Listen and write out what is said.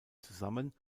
zusammen